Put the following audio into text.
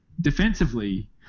defensively